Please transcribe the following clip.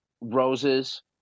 Roses